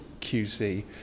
QC